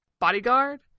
bodyguard